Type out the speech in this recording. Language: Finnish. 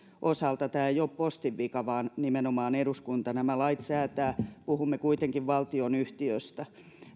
osalta tämä ei ole postin vika vaan nimenomaan eduskunta nämä lait säätää puhumme kuitenkin valtionyhtiöstä